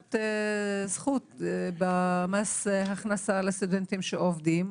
נקודת זכות במס הכנסה לסטודנטים שעובדים,